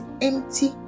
empty